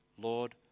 Lord